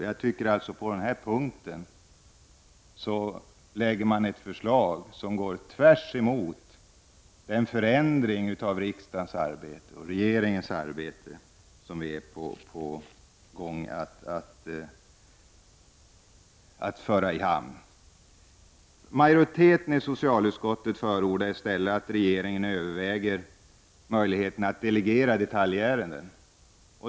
Men här framlägger moderaterna ett förslag som går helt emot den förändring av riksdagens och regeringens arbete som vi är på väg att föra i hamn. Majoriteten i socialutskottet förordar i stället att regeringen överväger möjligheterna att delegera detaljärenden.